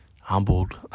humbled